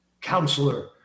counselor